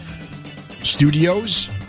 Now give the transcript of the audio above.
studios